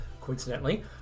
coincidentally